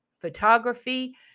photography